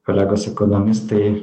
kolegos ekonomistai